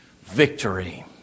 victory